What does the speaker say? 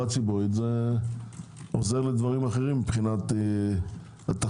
ציבורית זה עוזר לדברים אחרים מבחינת התחבורה.